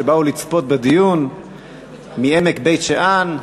שבאו לצפות בדיון מעמק בית-שאן.